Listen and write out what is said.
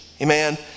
Amen